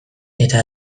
eta